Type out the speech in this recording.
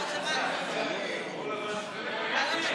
אז שנייה, אני צריכה לעלות למעלה.